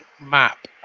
map